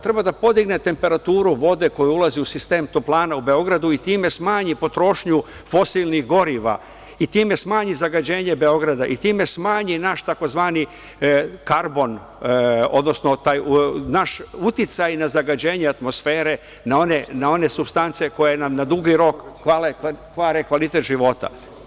Treba da podigne temperaturu vode koja ulazi u sistem toplana u Beogradu i time smanji potrošnju fosilnih goriva i time smanji zagađenje Beograda, i time smanji naš takozvani karbon, odnosno taj naš uticaj na zagađenje atmosfere, na one supstance koje nam na dugi rok kvare kvalitet života.